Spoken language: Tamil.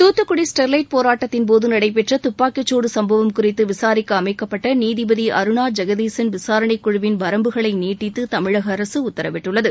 தூத்துக்குடி ஸ்டெர்வைட் போராட்டத்தின்போது நடைபெற்ற துப்பாக்கிச்சூடு சும்பவம் குறித்து விசாரிக்க அமைக்கப்பட்ட நீதிபதி அருணாஜெகதீசன் விசாரணைக்குழவின் வரம்புகளை நீட்டித்து தமிழக அரசு உக்தரவிட்டுள்ளது